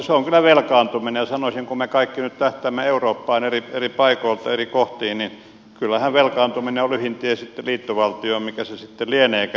se on kyllä velkaantuminen ja sanoisin että kun me kaikki nyt tähtäämme eurooppaan eri paikoilta eri kohtiin niin kyllähän velkaantuminen on lyhin tie sitten liittovaltioon mikä se sitten lieneekään